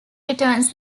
returns